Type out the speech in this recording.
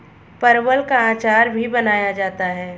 परवल का अचार भी बनाया जाता है